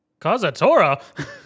Kazatora